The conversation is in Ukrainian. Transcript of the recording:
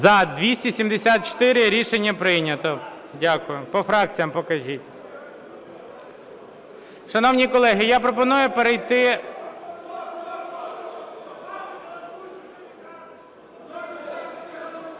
За-274 Рішення прийнято. Дякую. По фракціях покажіть. Шановні колеги, я пропоную перейти...